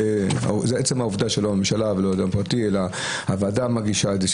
עצם העובדה שזו הממשלה ולא אדם פרטי אלא הוועדה מגישה את זה,